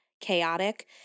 chaotic